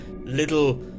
little